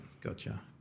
gotcha